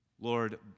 Lord